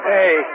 Hey